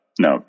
No